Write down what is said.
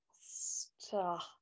stop